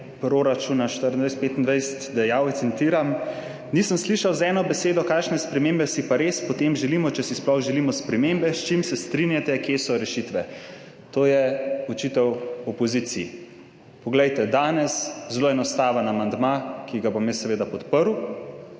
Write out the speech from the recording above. proračuna 2024, 2025 dejal, citiram: »Nisem slišal z eno besedo, kakšne spremembe si pa res potem želimo, če si sploh želimo spremembe. S čim se strinjate, kje so rešitve?« To je očital opoziciji. Danes je zelo enostaven amandma, ki ga bom jaz seveda podprl,